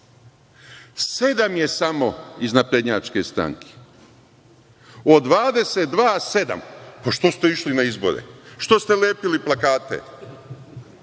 je samo iz naprednjačke stranke, od 22 – sedam. Što ste išli na izbore? Što ste lepili plakate?